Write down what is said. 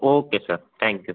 okay sir thank you